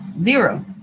Zero